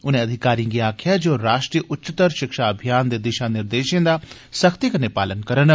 उनें अधिकारिएं गी आखेआ जे ओह राष्ट्री उच्चतर शिक्षा अभियान दे दिषा निर्देषे दा सख्ती कन्नै पालन करन